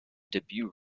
debut